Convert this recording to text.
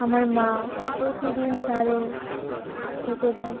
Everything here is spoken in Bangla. আমার মা প্রতিদিন তাদের খেতে দেন